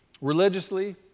Religiously